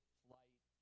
flight